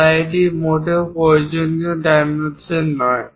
তাই এটি মোটেই প্রয়োজনীয় ডাইমেনশন নয়